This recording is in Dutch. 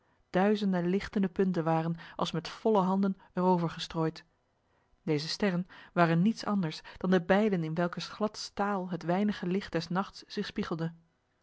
duizenden lichtende punten waren als met volle handen erover gestrooid deze sterren waren niets anders dan de bijlen in welkers glad staal het weinige licht des nachts zich spiegelde